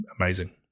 amazing